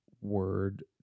word